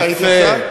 איך הייתי עכשיו?